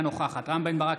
אינה נוכחת רם בן ברק,